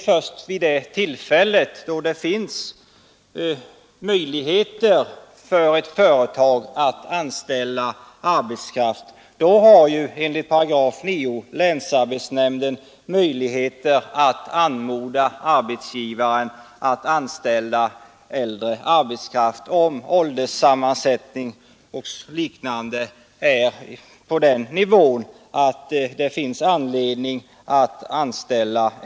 Först då det finns ett behov för ett företag att anställa arbetskraft har enligt 9 § länsarbetsnämnden möjligheter att anmoda arbetsgivare att anställa äldre arbetskraft, om ålderssammansättningen på företagen är sådan.